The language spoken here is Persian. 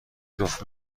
جفت